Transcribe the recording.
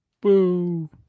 Boo